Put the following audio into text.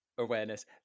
awareness